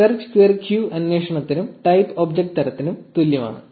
search query q അന്വേഷണത്തിനും type object തരത്തിനും തുല്യമാണ്